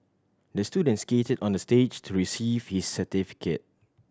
the student skated on the stage to receive his certificate